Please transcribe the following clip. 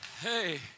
Hey